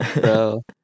Bro